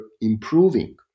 improving